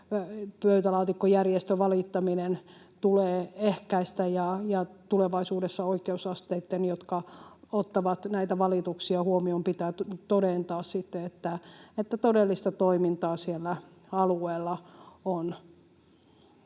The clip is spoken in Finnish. pöytälaatikkojärjestövalittamista, tulee ehkäistä, [Petri Huru: Juuri näin!] ja tulevaisuudessa oikeusasteiden, jotka ottavat näitä valituksia huomioon, pitää todentaa sitten, että todellista toimintaa siellä alueella on.